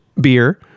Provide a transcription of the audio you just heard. beer